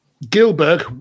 Gilbert